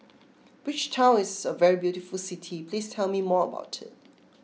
Bridgetown is a very beautiful city please tell me more about it